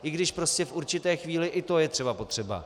I když prostě v určité chvíli i to je třeba potřeba.